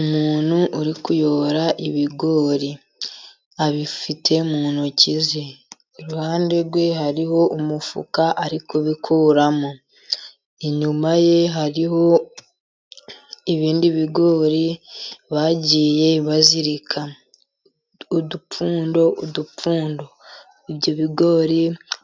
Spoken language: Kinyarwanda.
Umuntu uri kuyora ibigori, abifite mu ntoki ze. Iruhande rwe hariho umufuka ari kubikuramo, inyuma ye hariho ibindi bigori bagiye bazirika udupfundo udupfundo, ibyo bigori